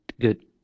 good